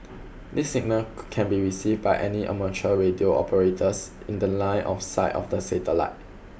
this signal can be received by any amateur radio operators in the line of sight of the satellite